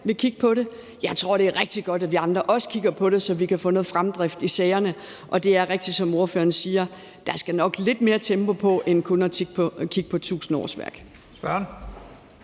vil kigge på det. Jeg tror, at det er rigtig godt, at vi andre også kigger på det, så vi kan få noget fremdrift i sagerne. Det er rigtigt, som ordføreren siger, at der skal lidt mere tempo på end kun at kigge på 1.000 årsværk.